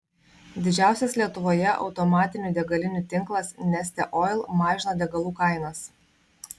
didžiausias lietuvoje automatinių degalinių tinklas neste oil mažina degalų kainas